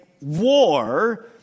war